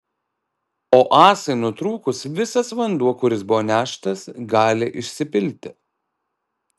o ąsai nutrūkus visas vanduo kuris buvo neštas gali išsipilti